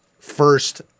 first